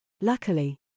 Luckily